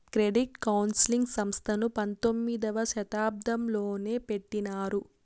credit counselling సంస్థను పంతొమ్మిదవ శతాబ్దంలోనే పెట్టినారు